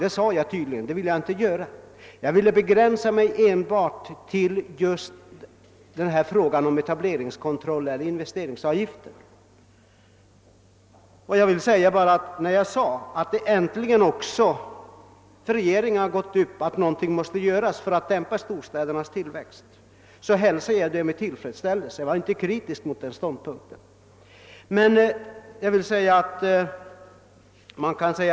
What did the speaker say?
Jag sade tydligt ifrån att jag inte ville göra detta utan enbart begränsa mig till just frågan om etableringskontroll eller etableringsavgift. När jag yttrade att det äntligen gått upp också för regeringen att någonting måste göras för att dämpa storstädernas tillväxt tillade jag att jag hälsade det med tillfredsställelse.